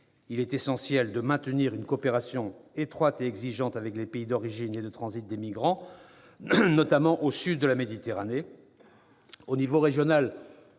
Il est essentiel de maintenir une coopération étroite et exigeante avec les pays d'origine et de transit des migrants, notamment au sud de la Méditerranée. À l'échelon régional,